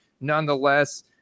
Nonetheless